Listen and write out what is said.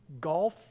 golf